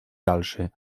dalszy